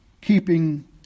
keeping